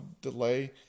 delay